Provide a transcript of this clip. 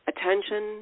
Attention